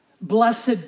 Blessed